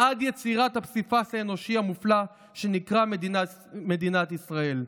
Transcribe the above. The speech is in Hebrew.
עד יצירת הפסיפס האנושי המופלא שנקרא מדינת ישראל.